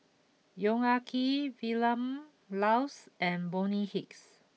Yong Ah Kee Vilma Laus and Bonny Hicks